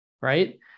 right